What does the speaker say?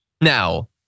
Now